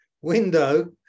window